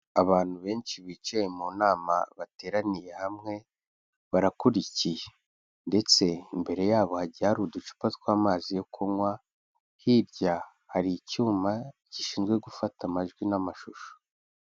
Abantu benshi bicaye mu nama bateraniye hamwe, barakurikiye ndetse imbere yabo hagiye hari uducupa tw'amazi yo kunywa, hirya hari icyuma gishinzwe gufata amajwi n'amashusho.